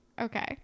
Okay